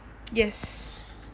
yes